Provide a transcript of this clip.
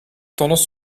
tendance